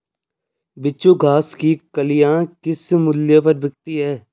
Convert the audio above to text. बिच्छू घास की कलियां किस मूल्य पर बिकती हैं?